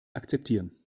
akzeptieren